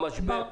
למשבר,